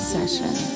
Session